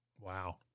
Wow